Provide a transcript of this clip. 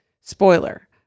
Spoiler